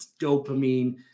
dopamine